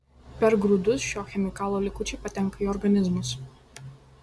per grūdus šio chemikalo likučiai patenka į organizmus